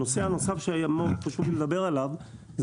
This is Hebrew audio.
הנושא הנוסף שהיה מאוד חשוב לי לדבר עליו זה